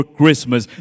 Christmas